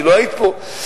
כי לא היית פה,